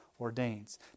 ordains